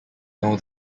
know